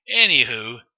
Anywho